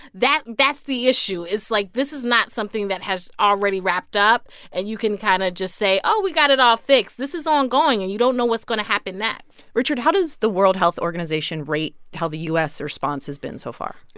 that's the issue. it's like, this is not something that has already wrapped up and you can kind of just say, oh, we got it all fixed. this is ongoing, and you don't know what's going to happen next richard, how does the world health organization rate how the u s. response has been so far?